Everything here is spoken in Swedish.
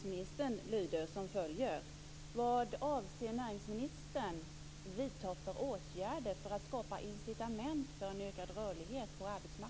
Min fråga till näringsministern lyder som följer: